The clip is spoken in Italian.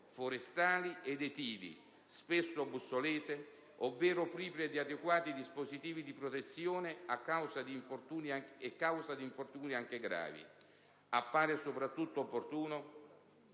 forestali ed edili, spesso obsolete ovvero prive di adeguati dispositivi di protezione e causa di infortuni anche gravi. Appare soprattutto opportuno